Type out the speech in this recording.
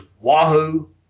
Wahoo